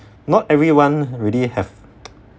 not everyone really have